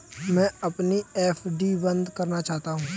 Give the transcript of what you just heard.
मैं अपनी एफ.डी बंद करना चाहता हूँ